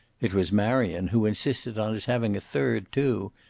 it was marion who insisted on his having a third, too,